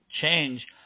change